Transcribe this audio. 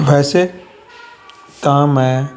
ਵੈਸੇ ਤਾਂ ਮੈਂ